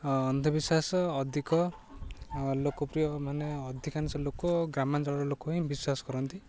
ଅନ୍ଧବିଶ୍ୱାସ ଅଧିକ ଆଉ ଲୋକପ୍ରିୟ ମାନେ ଅଧିକାଂଶ ଲୋକ ଗ୍ରାମାଞ୍ଚଳର ଲୋକ ହିଁ ବିଶ୍ୱାସ କରନ୍ତି